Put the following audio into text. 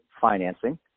financing